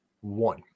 One